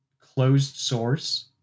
closed-source